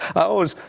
i always